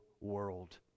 world